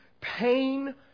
pain